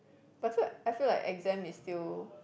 but I feel I feel like exam is still